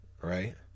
right